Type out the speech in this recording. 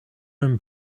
own